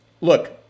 look